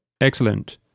Excellent